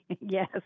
Yes